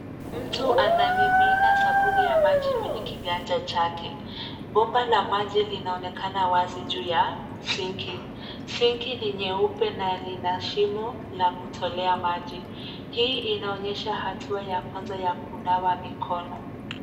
Mtu anamimina sabuni ya maji kwenye kiganja chake. Bomba la maji linaonekana wazi juu ya sinki. Sinki ni nyeupe na lina shimo la kutolea maji. Hii inaonyesha hatua ya kwanza ya kunawa mikono.